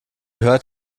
hört